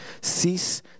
cease